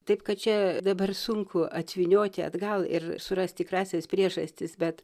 taip kad čia dabar sunku atvynioti atgal ir surasti tikrąsias priežastis bet